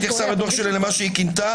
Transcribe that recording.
ולמעשה למיטב